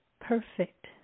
perfect